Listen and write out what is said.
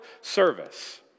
service